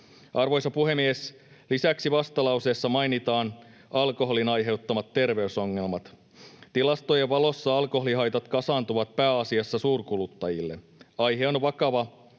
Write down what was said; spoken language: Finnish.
Arvoisa puhemies! Lisäksi vastalauseessa mainitaan alkoholin aiheuttamat terveysongelmat. Tilastojen valossa alkoholihaitat kasaantuvat pääasiassa suurkuluttajille. Aihe on vakava,